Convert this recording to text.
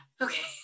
Okay